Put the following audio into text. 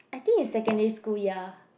I think is secondary school ya